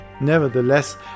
Nevertheless